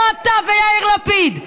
לא אתה ויאיר לפיד.